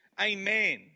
Amen